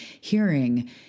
hearing